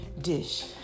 dish